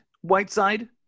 Whiteside